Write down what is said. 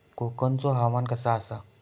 कोकनचो हवामान कसा आसा?